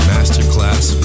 Masterclass